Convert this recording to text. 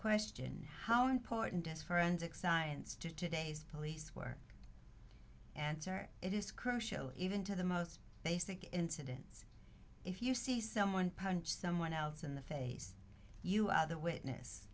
question how important this forensic science to today's police work answer it is crucial even to the most basic incidents if you see someone punch someone else in the face you are the witness